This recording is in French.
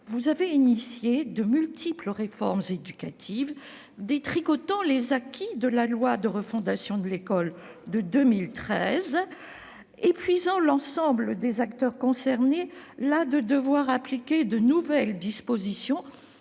vous avez engagé de multiples réformes éducatives, détricotant les acquis de la loi de refondation de l'école de 2013, épuisant l'ensemble des acteurs concernés, las de devoir appliquer de nouvelles dispositions